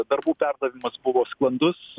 darbų perdavimas buvo sklandus